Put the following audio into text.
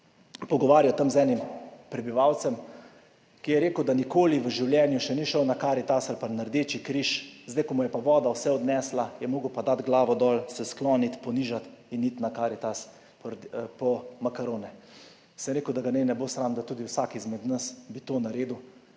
pogovarjal z enim prebivalcem, ki je rekel, da še nikoli v življenju ni šel na Karitas ali pa na Rdeči križ, zdaj ko mu je voda vse odnesla, je pa moral dati glavo dol, se skloniti, ponižati in iti na Karitas po makarone. Sem rekel, da ga naj ne bo sram, da bi tudi vsak izmed nas to naredil,